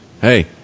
Hey